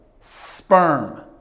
sperm